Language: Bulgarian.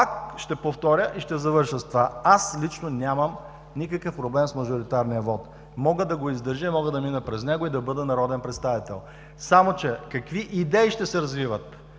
Пак ще повторя и ще завърша с това. Аз лично нямам никакъв проблем с мажоритарния вот. Мога да го издържа, мога да мина през него и да бъда народен представител. Само че какви идеи ще се развиват?